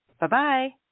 Bye-bye